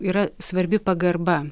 yra svarbi pagarba